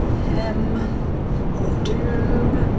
hem of doom.